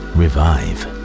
revive